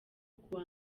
kuwa